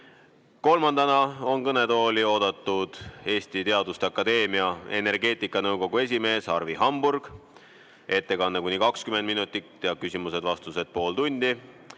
Kolmandana on kõnetooli oodatud Eesti Teaduste Akadeemia energeetikanõukogu esimees Arvi Hamburg, kelle ettekanne on kuni 20 minutit ja küsimused-vastused pool tundi.